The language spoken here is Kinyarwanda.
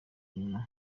nyuma